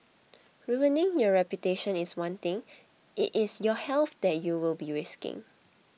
ruining your reputation is one thing it is your health that you will be risking